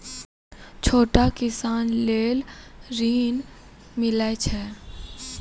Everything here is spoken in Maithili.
छोटा किसान लेल ॠन मिलय छै?